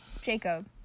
Jacob